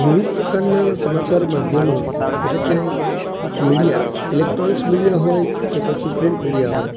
વિવિધ પ્રકારના સમાચાર માધ્યમો એટલે કે મીડિયા ઈલેક્ટ્રોનીસ મીડિયા હોય કે પછી પ્રિન્ટ મીડિયા હોય